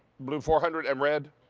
blue, four hundred. and red,